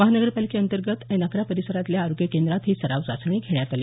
महानगरपालिकेअंतर्गत N अकरा परिसरातल्या आरोग्य केंद्रात ही सराव चाचणी घेण्यात आली